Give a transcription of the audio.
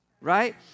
right